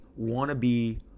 wannabe